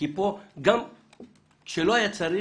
כי גם כשלא היה צריך,